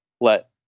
let